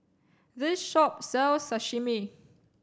this shop sells Sashimi